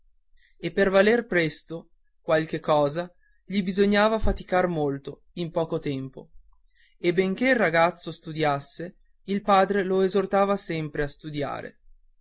e per valer presto qualche cosa gli bisognava faticar molto in poco tempo e benché il ragazzo studiasse il padre lo esortava sempre a studiare